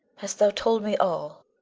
hast thou told me all?